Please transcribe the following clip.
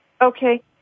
Okay